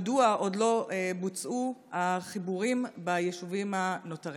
3. מדוע עוד לא בוצעו החיבורים ביישובים הנותרים?